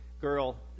girl